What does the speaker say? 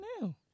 now